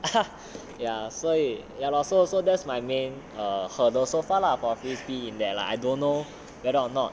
ya 所以: suo yi ya lor so so that's my main hurdle so far lah for frisbee in that lah I don't know whether or not